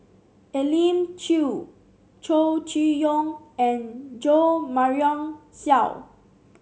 Elim Chew Chow Chee Yong and Jo Marion Seow